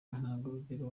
w’intangarugero